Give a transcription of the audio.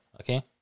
okay